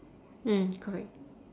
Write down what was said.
mm correct